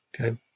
Okay